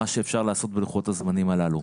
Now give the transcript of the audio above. מה שאפשר לעשות בלוחות הזמנים הללו,